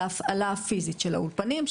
להפעלה הפיזית של האולפנים,